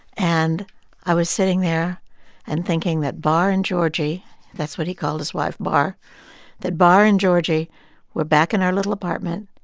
and i was sitting there and thinking that bar and georgie that's what he called his wife, bar that bar and georgie we're back in our little apartment.